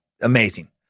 amazing